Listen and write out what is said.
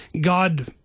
God